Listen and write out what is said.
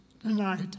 tonight